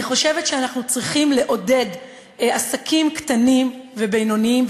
אני חושבת שאנחנו צריכים לעודד עסקים קטנים ובינוניים,